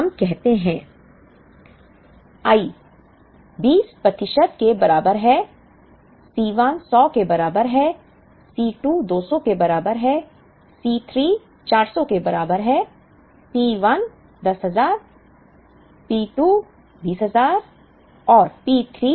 हमें कहते हैं i 20 प्रतिशत के बराबर है C 1 100 के बराबर है C 2 200 के बराबर है C 3 400 के बराबर है P1 10000 P2 20000 और P3 50000